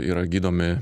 yra gydomi